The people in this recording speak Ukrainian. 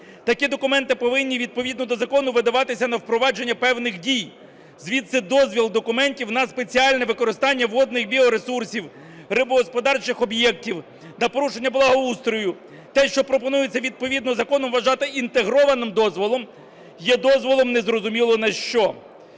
такі документи повинні відповідно до закону видаватися на впровадження певних дій. Звідси дозвіл документів на спеціальне використання водних біоресурсів, рибогосподарчих об'єктів, на порушення благоустрою. Те, що пропонується відповідно законом вважати інтегрованим дозволом, є дозволом незрозуміло на що.